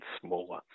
smaller